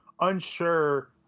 unsure